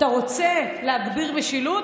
אתה רוצה להגביר משילות,